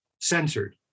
censored